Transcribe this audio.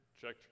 checked